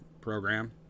program